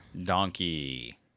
Donkey